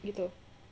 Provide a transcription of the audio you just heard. begitu